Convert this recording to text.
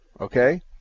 Okay